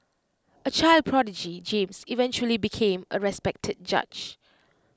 A child prodigy James eventually became A respected judge